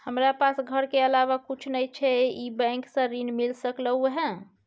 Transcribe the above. हमरा पास घर के अलावा कुछ नय छै ई बैंक स ऋण मिल सकलउ हैं?